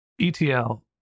ETL